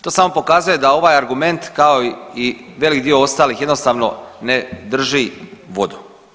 To samo pokazuje da ovaj argument, kao i velik dio ostalih jednostavno ne drži vodu.